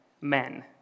men